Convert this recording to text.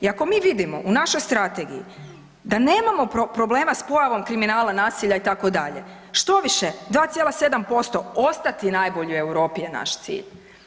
Iako mi vidimo u našoj strategiji da nemamo problema s pojavom kriminala, nasilja itd., štoviše 2,7% ostati najbolji u Europi je naš cilj.